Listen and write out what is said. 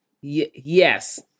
Yes